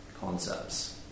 concepts